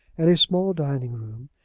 and a small dining-room,